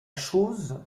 chose